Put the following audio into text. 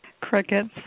Crickets